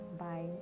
bye